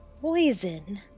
poison